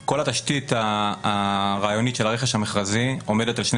כל התשתית הרעיונית של הרכש המכרזי עומדת על שני